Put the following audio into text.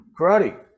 karate